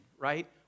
right